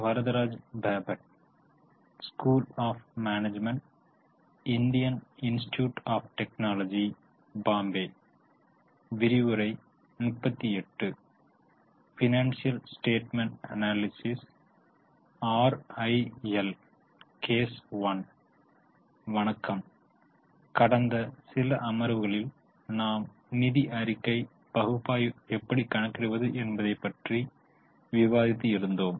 வணக்கம் கடந்த சில அமர்வுகளில் நாம் நிதி அறிக்கை பகுப்பாய்வு எப்படி கணக்கிடுவது என்பதை பற்றி விவாதித்து இருந்தோம்